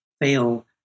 fail